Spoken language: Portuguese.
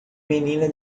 menina